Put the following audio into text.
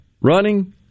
running